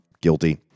guilty